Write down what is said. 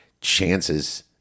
chances